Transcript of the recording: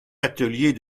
atelier